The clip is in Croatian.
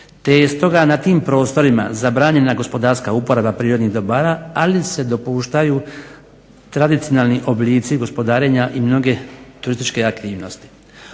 je stoga na tim prostorima zabranjena gospodarska uporaba prirodnih dobara, ali se dopuštaju tradicionalni oblici gospodarenja i mnoge turističke aktivnosti.